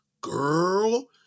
girl